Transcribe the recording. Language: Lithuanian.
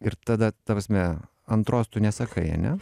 ir tada ta prasme antros tu nesakai ane